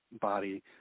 body